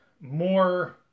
more